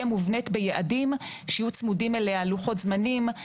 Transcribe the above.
מובנית ביעדים שיהיו צמודים אליה לוחות זמנים,